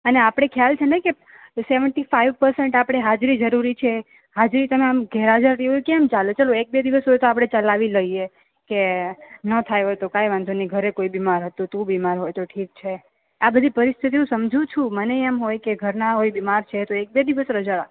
અને આપડે ખ્યાલ છે ને સેવનટી ફાઇવ પરસંત આપડે હાજરી જરૂરી છે હાજરી તમે આમ ગેર હાજર રીઓ કેમ ચાલે ચાલો એક બે દિવસ તો આપડે ચલાવી લઈએ કે નથ આવ્યો તો કઈ નઇ ઘરે કોઈ બીમાર હતું ટુ બીમાર હોય તો ઠીક છેઃ અઅ બધી પરિસ્થતિ હું સંજુ છું મને મી હોય કે ઘરના બીમાર છે તો એકબે દિવસ રજા